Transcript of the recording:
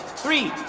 three,